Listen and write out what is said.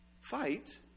fight